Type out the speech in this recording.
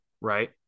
Right